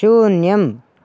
शून्यम्